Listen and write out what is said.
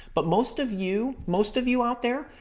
but most of you, most of you out there,